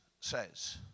says